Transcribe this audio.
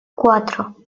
cuatro